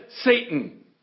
Satan